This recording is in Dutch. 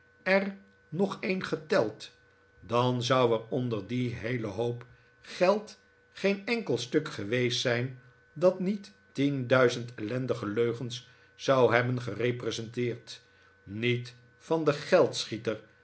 er nog een geteld dan zou er onder dien heelen hoop geld geen enkel stuk zijn geweest dat niet tien duizend ellendige leugens zou hebben gerepresenteerd niet van den